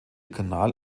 kanal